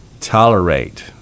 tolerate